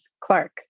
Clark